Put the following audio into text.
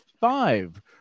five